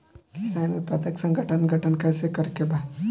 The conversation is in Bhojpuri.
किसान उत्पादक संगठन गठन कैसे करके बा?